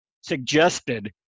suggested